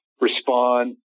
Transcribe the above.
respond